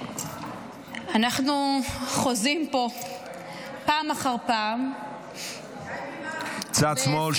אנחנו חוזים פה פעם אחר פעם --- צד שמאל,